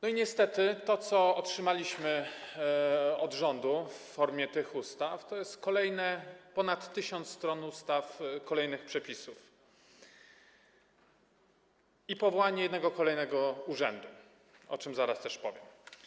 Niestety to, co otrzymaliśmy od rządu w formie tych ustaw, to jest kolejne ponad 1000 stron ustaw, kolejnych przepisów, i powołanie kolejnego urzędu, o czym zaraz też powiem.